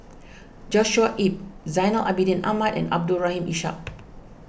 Joshua Ip Zainal Abidin Ahmad and Abdul Rahim Ishak